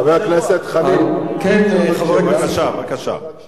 חבר הכנסת חנין, אפשר שאלה?